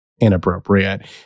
inappropriate